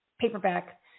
paperback